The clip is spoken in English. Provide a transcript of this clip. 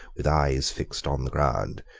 with eyes fixed on the ground,